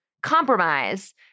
compromise